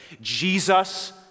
Jesus